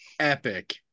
epic